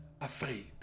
afraid